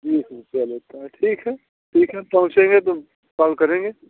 बीस रुपये लेता है ठीक है ठीक है पहुंचेंगे तो कॉल करेंगे